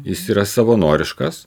jis yra savanoriškas